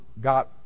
got